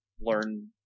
learn